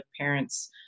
parents